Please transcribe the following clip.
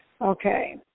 Okay